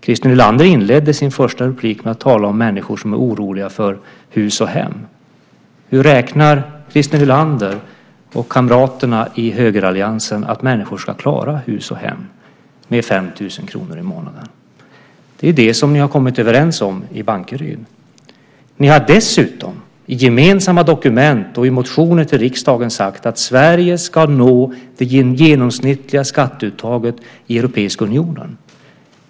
Christer Nylander inledde sitt första anförande med att tala om människor som är oroliga för hus och hem. Hur räknar Christer Nylander och kamraterna i högeralliansen med att människor ska klara hus och hem med 5 000 kr i månaden? Det är ju det ni har kommit överens om i Bankeryd. Ni har dessutom i gemensamma dokument och i motioner till riksdagen sagt att Sverige ska nå det genomsnittliga skatteuttaget i Europeiska unionen.